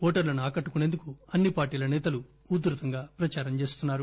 ఓటర్ణను ఆకట్టుకుసేందుకు అన్ని పార్టీల సేతలు ఉధృతంగా ప్రదారం చేస్తున్నారు